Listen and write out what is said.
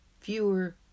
fewer